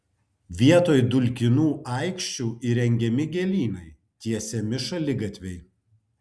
vietoj dulkinų aikščių įrengiami gėlynai tiesiami šaligatviai